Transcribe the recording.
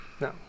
no